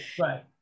right